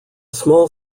small